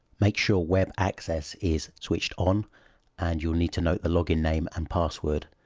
make sure web access is switched on and you'll need to note the login name and password.